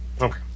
Okay